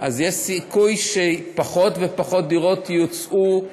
אז יש סיכוי שפחות ופחות דירות יוצעו להשכרה.